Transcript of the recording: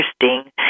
interesting